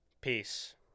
Peace